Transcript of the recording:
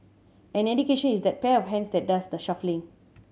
and education is that pair of hands that does the shuffling